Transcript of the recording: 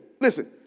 listen